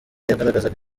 yagaragazaga